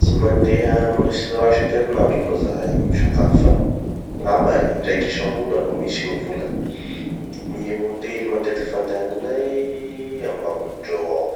Tsy mandeha amy restaurant isankerinandro aloha zahay gny misakafo fa angamba indraiky isambola no misy gny vola. Gny hotely matetiky fandehananay amy mamy-jo ao.